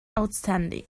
outstanding